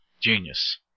Genius